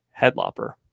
Headlopper